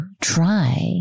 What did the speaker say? try